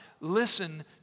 listen